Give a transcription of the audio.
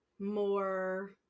more